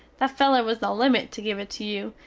that feler was the limit to give it to you,